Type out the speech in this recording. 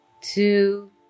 Two